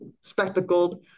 spectacled